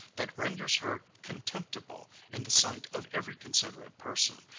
that renders her contemptible in the sight of every considerate person,